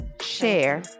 share